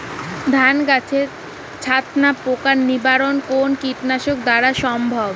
ধান গাছের ছাতনা পোকার নিবারণ কোন কীটনাশক দ্বারা সম্ভব?